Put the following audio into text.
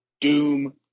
doom